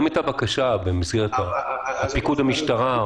האם היתה בקשה במסגרת פיקוד המשטרה.